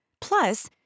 Plus